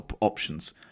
options